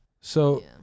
So-